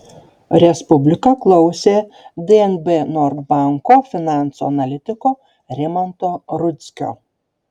respublika klausė dnb nord banko finansų analitiko rimanto rudzkio